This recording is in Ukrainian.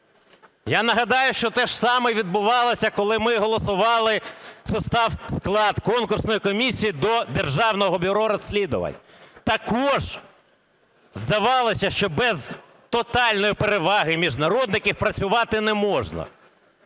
Я нагадаю, що те ж саме відбувалося, коли ми голосували склад конкурсної комісії до Державного бюро розслідувань. Також здавалося, що без тотальної переваги міжнародників працювати не можна.